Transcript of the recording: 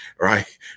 right